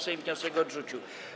Sejm wniosek odrzucił.